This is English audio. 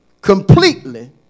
completely